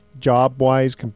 job-wise